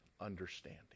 understanding